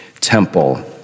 temple